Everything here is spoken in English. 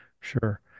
sure